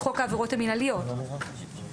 חוק העבירות המינהליות עם כל המשתמע משם.